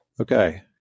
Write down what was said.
Okay